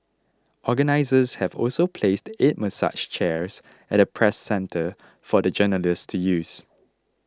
organisers have also placed eight massage chairs at the Press Centre for the journalists to use